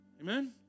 Amen